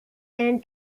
and